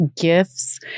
gifts